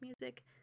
music